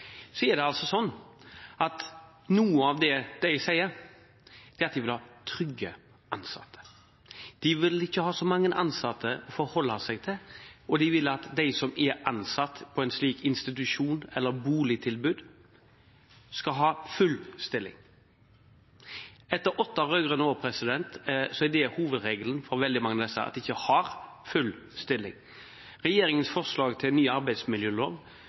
så mange ansatte å forholde seg til, og man vil at de som er ansatt på en slik institusjon eller boligtilbud, skal ha full stilling. Etter åtte rød-grønne år er hovedregelen for veldig mange av disse at de ikke har full stilling. Regjeringens forslag til ny arbeidsmiljølov,